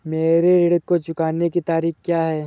मेरे ऋण को चुकाने की तारीख़ क्या है?